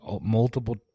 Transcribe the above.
multiple